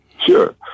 Sure